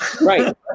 right